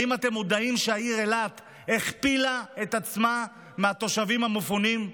האם אתם מודעים לכך שהעיר אילת הכפילה את עצמה עם התושבים המפונים?